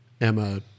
emma